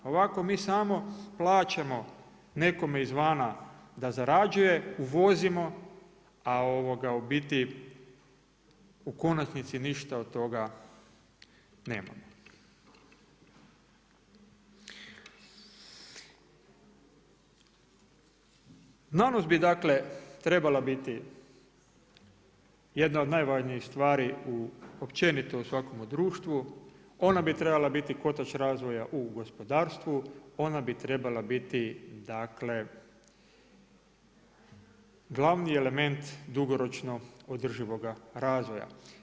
A ovako mi samo plaćamo nekome izvana da zarađuje, uvozimo a u biti u konačnici ništa od toga nemamo. … bi dakle trebala biti jedna od najvažnijih stvari općenito u svakome društvu, ona bi trebala biti kotač razvoja u gospodarstvu, ona bi trebala biti dakle glavni dugoročno održivoga razvoja.